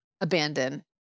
abandon